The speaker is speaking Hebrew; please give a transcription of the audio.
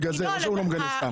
בגלל זה, לא שהוא לא מגנה סתם.